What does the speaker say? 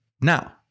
now